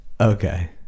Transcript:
okay